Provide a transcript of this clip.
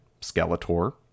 Skeletor